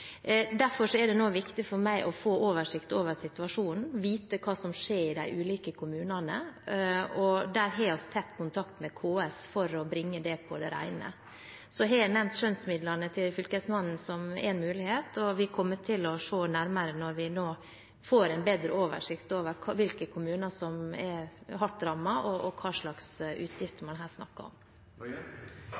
Derfor er det nå viktig for meg å få oversikt over situasjonen, vite hva som skjer i de ulike kommunene. Vi har tett kontakt med KS for å bringe det på det rene. Så har jeg nevnt skjønnsmidlene til fylkesmannen som én mulighet, og vi kommer til å se nærmere på det når vi nå får en bedre oversikt over hvilke kommuner som er hardt rammet, og hva slags utgifter man her snakker om.